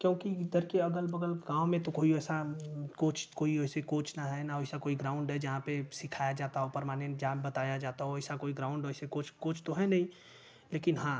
क्योंकि इधर के अगल बगल गाँव में तो कोई वैसा कोच कोई वैसे कोच न हैं न वैसा कोई ग्राउन्ड है जहाँ पे सिखाया जाता हो परमानेंट जहाँ बताया जाता हो वैसा कोई ग्राउन्ड वैसे कोच कोच तो है नहीं लेकिन हाँ